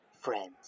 friends